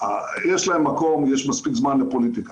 יש להן מקום, יש מספיק זמן לפוליטיקה.